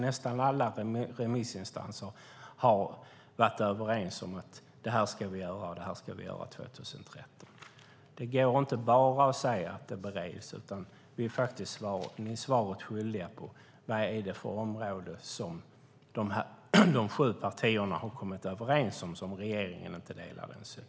Nästan alla remissinstanser har varit överens om att detta ska göras 2013. Det går inte att bara säga att frågan bereds. Ni är svaret skyldiga om vilket område som de sju partierna har kommit överens om där regeringen inte delar den synen.